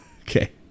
Okay